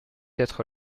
être